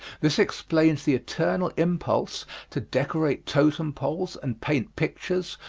this explains the eternal impulse to decorate totem poles and paint pictures,